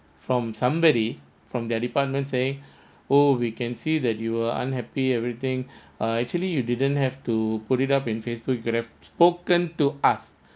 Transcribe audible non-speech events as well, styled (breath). from somebody from their department say (breath) oh we can see that you were unhappy everything (breath) uh actually you didn't have to put it up in Facebook you could have spoken to us